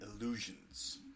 Illusions